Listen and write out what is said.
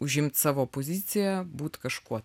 užimt savo poziciją būti kažkuo